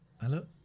hello